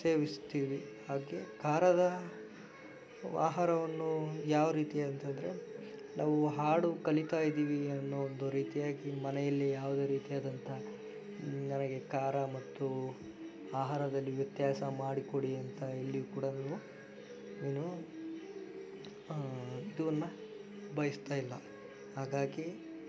ಸೇವಿಸ್ತೀವಿ ಹಾಗೆಯೇ ಖಾರದ ಆಹಾರವನ್ನು ಯಾವ ರೀತಿ ಅಂತಂದರೆ ನಾವು ಹಾಡು ಕಲಿತಾಯಿದ್ದೀವಿ ಅನ್ನೋ ಒಂದು ರೀತಿಯಾಗಿ ಮನೆಯಲ್ಲಿ ಯಾವುದೇ ರೀತಿಯಾದಂತಹ ನಮಗೆ ಖಾರ ಮತ್ತು ಆಹಾರದಲ್ಲಿ ವ್ಯತ್ಯಾಸ ಮಾಡಿಕೊಡಿ ಅಂತ ಎಲ್ಲಿಯೂ ಕೂಡ ನಾವು ಏನು ಇದನ್ನು ಬಯಸ್ತಾಯಿಲ್ಲ ಹಾಗಾಗಿ